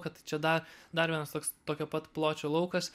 kad čia da dar vienas toks tokio pat pločio laukas